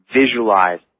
visualize